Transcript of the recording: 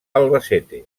albacete